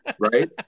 right